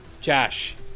Josh